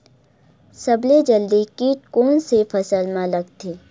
सबले जल्दी कीट कोन से फसल मा लगथे?